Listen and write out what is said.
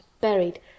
buried